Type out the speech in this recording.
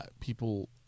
people